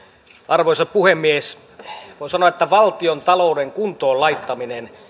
arvoisa puhemies voi sanoa että valtiontalouden kuntoon laittaminen